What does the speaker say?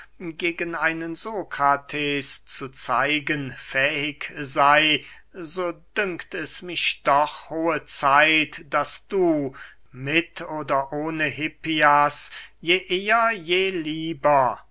gegen einen sokrates zu zeigen fähig sey so dünkt es mich doch hohe zeit daß du mit oder ohne hippias je eher je lieber